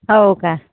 हो का